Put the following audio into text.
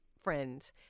friend